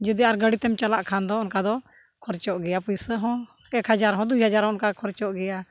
ᱡᱩᱫᱤ ᱟᱨ ᱜᱟᱹᱰᱤᱛᱮᱢ ᱪᱟᱞᱟᱜ ᱠᱷᱟᱱ ᱫᱚ ᱚᱱᱠᱟ ᱫᱚ ᱠᱷᱚᱨᱚᱪᱚᱜ ᱜᱮᱭᱟ ᱯᱩᱭᱥᱟᱹ ᱦᱚᱸ ᱮᱠ ᱦᱟᱡᱟᱨ ᱦᱚᱸ ᱫᱩᱭ ᱦᱟᱡᱟᱨ ᱦᱚᱸ ᱚᱱᱠᱟ ᱠᱷᱚᱨᱪᱚᱜ ᱜᱮᱭᱟ